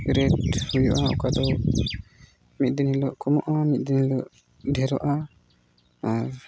rate ᱦᱩᱭᱩᱜᱼᱟ ᱚᱠᱟ ᱫᱚ ᱢᱤᱫ ᱫᱤᱱ ᱦᱤᱞᱳᱜ ᱠᱚᱢᱚᱜᱼᱟ ᱢᱤᱫ ᱫᱤᱱ ᱦᱤᱞᱳᱜ ᱰᱷᱮᱨᱚᱜᱼᱟ ᱟᱨ